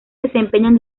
desempeñan